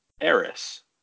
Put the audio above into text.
Eris